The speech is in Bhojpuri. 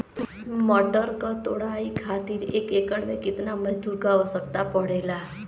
मटर क तोड़ाई खातीर एक एकड़ में कितना मजदूर क आवश्यकता पड़ेला?